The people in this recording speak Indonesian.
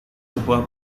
sebuah